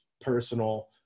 personal